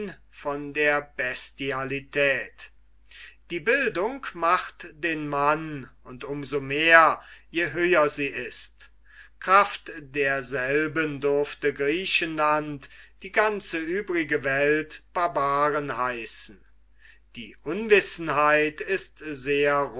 von der bestialität die bildung macht den mann und um so mehr je höher sie ist kraft derselben durfte griechenland die ganze übrige welt barbaren heißen die unwissenheit ist sehr